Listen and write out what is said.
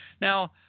Now